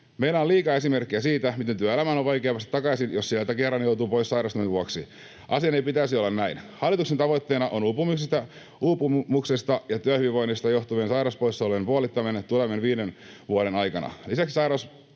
Meillä on liikaa esimerkkejä siitä, miten työelämään on vaikea päästä takaisin, jos sieltä kerran joutuu pois sairastumisen vuoksi. Asian ei pitäisi olla näin. Hallituksen tavoitteena on uupumuksesta ja työhyvinvoinnista johtuvien sairauspoissaolojen puolittaminen tulevien viiden vuoden aikana.